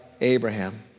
Abraham